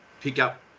pick-up